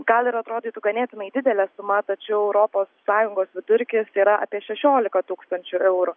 gal ir atrodytų ganėtinai didelė suma tačiau europos sąjungos vidurkis yra apie šešiolika tūkstančių eurų